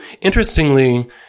Interestingly